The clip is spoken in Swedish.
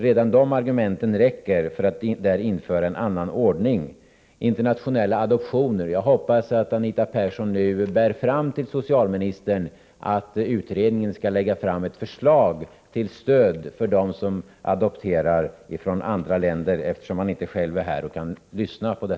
Redan de argumenten räcker för att man skall införa en annan ordning. När det gäller internationella adoptioner hoppas jag att Anita Persson, eftersom socialministern inte själv är här och lyssnar på denna debatt, bär fram till honom att utredningen måste lägga fram ett förslag till stöd för dem som adopterar barn från andra länder.